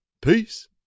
peace